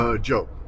Joe